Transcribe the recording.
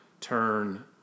turn